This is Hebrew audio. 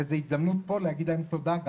וזאת הזדמנות פה להגיד להם תודה.